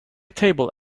table